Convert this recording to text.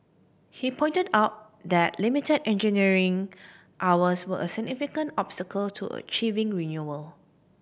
he pointed out that limited engineering hours were a significant obstacle to achieving renewal